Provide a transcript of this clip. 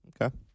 Okay